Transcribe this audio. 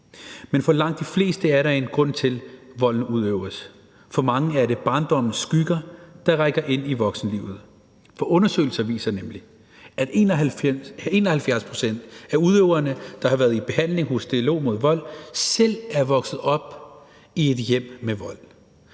Men for langt de fleste er der en grund til, at volden udøves. For mange er det barndommens skygger, der rækker ind i voksenlivet. For undersøgelser viser nemlig, at 71 pct. af udøverne, der har været i behandling hos Dialog mod Vold, selv er vokset op i et hjem med vold.